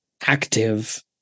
active